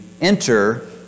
enter